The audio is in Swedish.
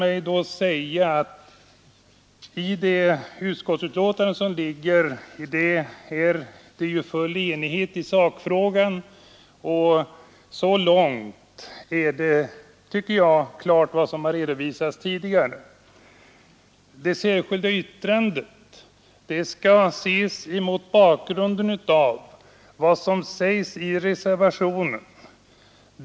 I fråga om utskottsbetänkandet råder full enighet i sakfrågan. Så långt är allt klart. Det särskilda yttrandet skall ses mot bakgrund av vad som sägs i reservationen.